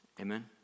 Amen